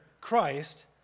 Christ